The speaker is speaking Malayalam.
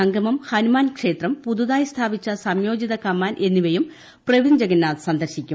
സംഗമം ഹനുമാൻ ക്ഷേത്രം പുതുതായി സ്ഥാപിച്ച സംയോജിത കമാൻഡ് എന്നിവയും പ്രവിന്ദ് ജഗന്നാഥ് സന്ദർശിക്കും